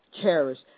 cherish